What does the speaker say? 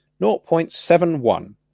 0.71